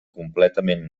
completament